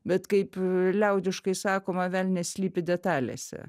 bet kaip liaudiškai sakoma velnias slypi detalėse